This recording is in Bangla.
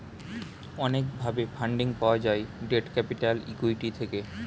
অনেক ভাবে ফান্ডিং পাওয়া যায় ডেট ক্যাপিটাল, ইক্যুইটি থেকে